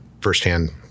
firsthand